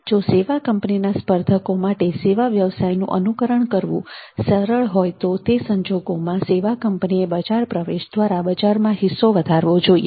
જો સેવા કંપનીના સ્પર્ધકો માટે સેવા વ્યવસાયનુ અનુકરણ કરવું સરળ હોય તો તે સંજોગોમાં સેવા કંપનીએ બજાર પ્રવેશ દ્વારા બજારમાં હિસ્સો વધારવો જોઈએ